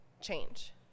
change